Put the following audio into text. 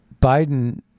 biden